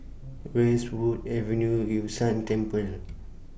Westwood Avenue Yun Shan Temple